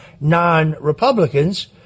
non-Republicans